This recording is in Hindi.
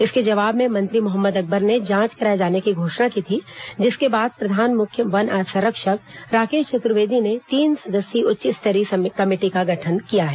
इसके जवाब में मंत्री मोहम्मद अकबर ने जांच कराए जाने की घोषणा की थी जिसके बाद प्रधान मुख्य वन संरक्षक राकेश चतुर्वेदी ने तीन सदस्यीय उच्च स्तरीय कमेटी का गठन किया है